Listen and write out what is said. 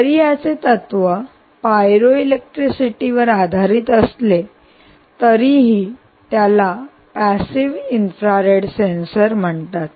जरी याचे तत्त्व पायरोइलेक्ट्रिसिटीवर आधारित असले तरीही त्याला पॅसिव्ह इन्फ्रारेड सेन्सर म्हणतात